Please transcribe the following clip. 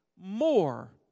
more